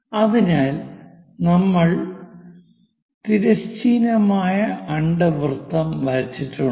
അതിനാൽ നമ്മൾ തിരശ്ചീനമായ അണ്ഡവൃത്തം വരച്ചിട്ടുണ്ട്